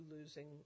losing